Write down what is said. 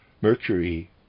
Mercury